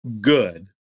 good